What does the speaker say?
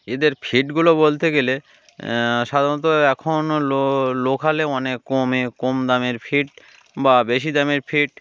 এদের ফিডগুলো বলতে গেলে সাধারণত এখনও লো লোকালেও অনেক কমে কম দামের ফিড বা বেশি দামের ফিড